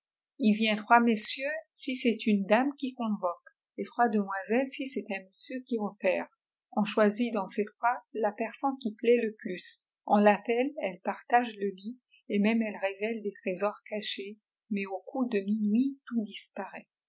il vient trois messieurs si c'est une dame qui convoque et trois demoiselles si c'est un monsieur qui opère on choisit dans ces trois la personne qui plait le plus on l'appelle elle partage le lit et même elle révèle des trésors cachés mais au coup de minuit tout